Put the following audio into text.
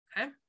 Okay